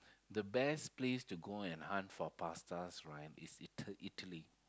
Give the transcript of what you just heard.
the best place to go and hunt for pastas right is Ita~ Italy